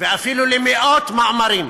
ואפילו למאות מאמרים